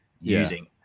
using